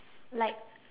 like